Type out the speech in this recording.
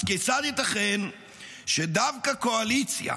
אז כיצד ייתכן שדווקא קואליציה